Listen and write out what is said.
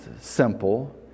simple